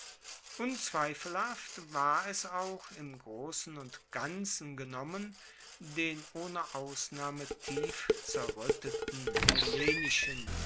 unzweifelhaft war es auch im grossen und ganzen genommen den ohne ausnahme